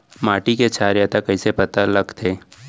माटी के क्षारीयता कइसे पता लगथे?